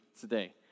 today